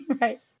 Right